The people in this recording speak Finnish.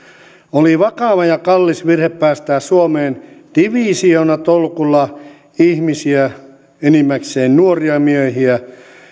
oli vakava ja kallis virhe päästää suomeen divisioonatolkulla ihmisiä enimmäkseen nuoria miehiä